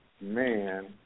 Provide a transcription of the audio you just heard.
man